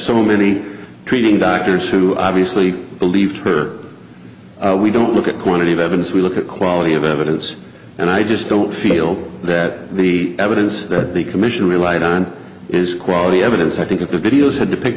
so many treating doctors who obviously believe her we don't look at quantity of evidence we look at quality of evidence and i just don't feel that the evidence that the commission relied on is quality evidence i think at the videos had to pick